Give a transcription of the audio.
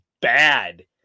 bad